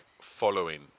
following